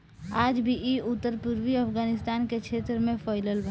आज भी इ उत्तर पूर्वी अफगानिस्तान के क्षेत्र में फइलल बा